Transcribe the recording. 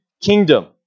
kingdom